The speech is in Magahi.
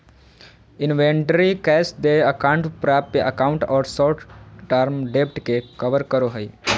इन्वेंटरी कैश देय अकाउंट प्राप्य अकाउंट और शॉर्ट टर्म डेब्ट के कवर करो हइ